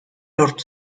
lortu